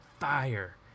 fire